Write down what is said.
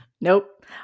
Nope